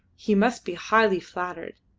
he must be highly flattered.